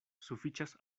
sufiĉas